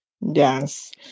Yes